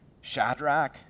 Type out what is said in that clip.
Shadrach